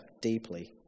deeply